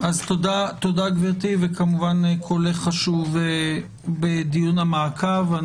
תודה גברתי, וכמובן שקולך חשוב בדיון המעקב.